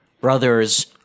brothers